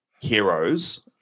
heroes